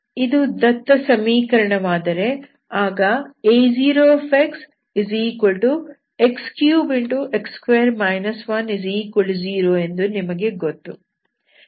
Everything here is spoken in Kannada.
ಇದು ದತ್ತ ಸಮೀಕರಣವಾದರೆ ಆಗ a0xx3x2 10 ಎಂದು ನಿಮಗೆ ಗೊತ್ತು